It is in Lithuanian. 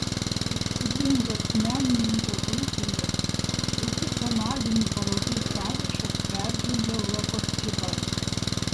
įspūdingas menininko grupinių ir personalinių parodų sąrašas peržengia europos ribas